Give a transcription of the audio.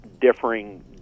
differing